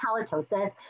halitosis